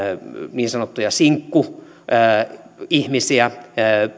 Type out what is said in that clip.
niin sanottuja sinkkuihmisiä